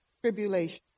tribulation